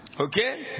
Okay